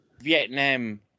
Vietnam